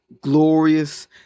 Glorious